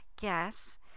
gas